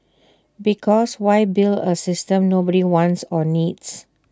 because why build A system nobody wants or needs